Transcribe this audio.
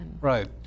Right